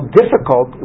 difficult